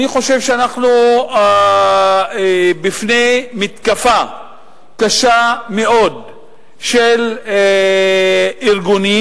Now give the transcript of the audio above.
אני חושב שאנחנו בפני מתקפה קשה מאוד של ארגונים